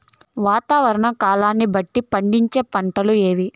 వాతావరణ కాలాన్ని బట్టి పండించే పంటలు ఏవి?